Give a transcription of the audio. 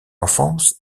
enfance